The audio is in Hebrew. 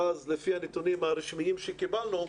ואז לפי הנתונים הרשמיים שקיבלנו,